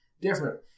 different